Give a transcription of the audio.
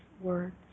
words